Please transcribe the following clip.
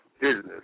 business